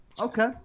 Okay